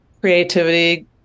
creativity